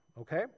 okay